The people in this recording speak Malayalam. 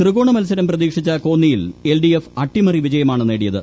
ത്രികോണ മത്സരം പ്രതീക്ഷിച്ച കോന്നിയിൽ എൽഡിഎഫ് അട്ടിമറിവിജയമാണ് നേടിയത്